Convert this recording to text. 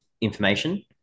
information